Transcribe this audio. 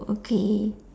okay